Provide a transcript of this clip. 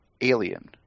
alien